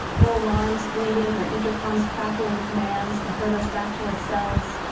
no alarms bleeding or intercoms crackling commands to herd us back to our cells,